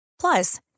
Plus